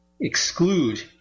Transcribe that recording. exclude